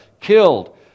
killed